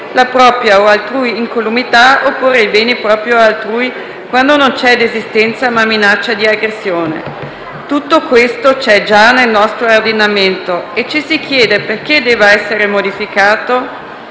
la propria o altrui incolumità oppure i beni propri o altrui quando non c'è desistenza ma minaccia di aggressione. Tutto questo c'è già nel nostro ordinamento e ci si chiede perché debba essere modificato.